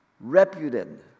reputed